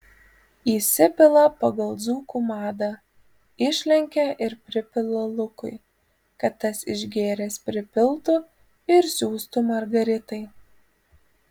įsipila pagal dzūkų madą išlenkia ir pripila lukui kad tas išgėręs pripiltų ir siųstų margaritai